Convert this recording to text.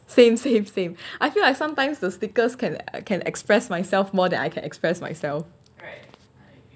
same same same I feel like sometimes the stickers can I can express myself more than I can express myself